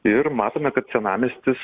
ir matome kad senamiestis